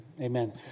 Amen